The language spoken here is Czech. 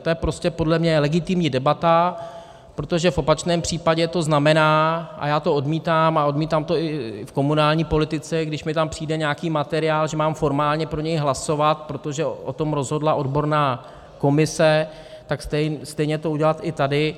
To je prostě podle mě legitimní debata, protože v opačném případě to znamená, a já to odmítám a odmítám to i v komunální politice, když mi tam přijde nějaký materiál, že mám formálně pro něj hlasovat, protože o tom rozhodla odborná komise, tak stejně to udělat i tady.